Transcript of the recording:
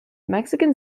mexican